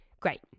great